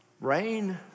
rain